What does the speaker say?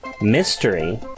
mystery